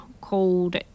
called